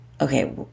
okay